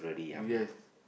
yes